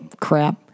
crap